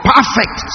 Perfect